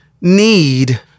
need